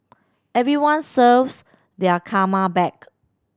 everyone serves their karma back